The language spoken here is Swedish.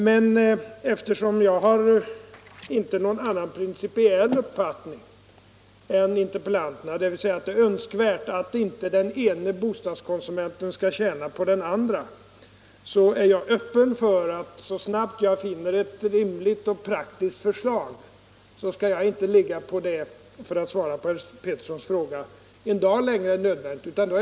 Men eftersom jag inte har någon annan principiell uppfattning än interpellanterna, dvs. att det är önskvärt att den ene bostadskonsumenten inte skall tjäna på den andre, vill jag, för att svara på herr Petterssons fråga, säga att jag är öppen för att så snart jag finner ett rimligt och praktiskt förslag inte låta detta ligga en dag längre än nödvändigt.